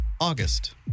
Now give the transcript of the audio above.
August